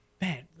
Man